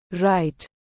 Right